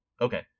okay